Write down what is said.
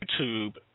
YouTube